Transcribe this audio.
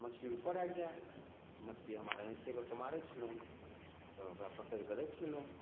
मछली ऊपर आबि जाए तऽ मछली हम आर हेतेगो कऽ मारै छलहुँ तऽ ओकरा पकड़ि कऽ राखि लेलहुँ